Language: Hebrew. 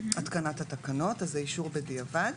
התקנת התקנות, אז זה אישור בדיעבד.